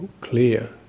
clear